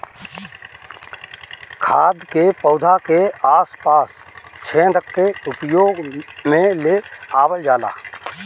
खाद के पौधा के आस पास छेद क के उपयोग में ले आवल जाला